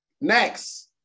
next